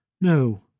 No